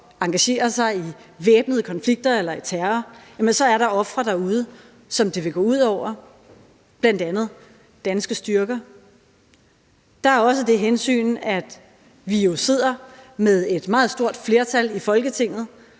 for at engagere sig i væbnede konflikter eller terror, så er der ofre derude, som det vil gå ud over, bl.a. danske styrker. Der er også det hensyn, at der jo er et meget stort flertal i Folketinget,